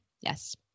Yes